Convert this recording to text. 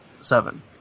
seven